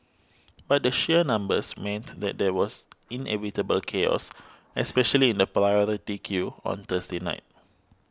but the sheer numbers meant that there was inevitable chaos especially in the priority queue on Thursday night